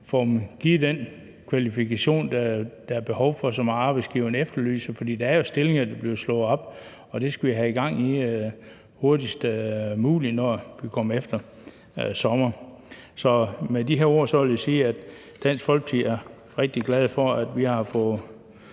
få givet dem de kvalifikationer, der er behov for, og som arbejdsgiverne efterlyser, for der bliver jo slået stillinger op. Så det skal vi have gang i hurtigst muligt efter sommer. Så med de her ord vil jeg sige, at Dansk Folkeparti er rigtig glad for, at vi har fået